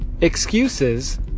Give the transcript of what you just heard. excuses